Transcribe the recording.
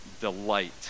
delight